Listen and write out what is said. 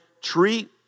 treat